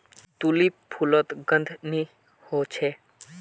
tulip फुलोत गंध नि होछे